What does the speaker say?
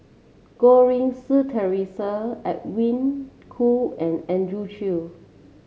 Goh Rui Si Theresa Edwin Koo and Andrew Chew